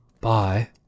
Bye